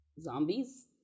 zombies